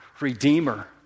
redeemer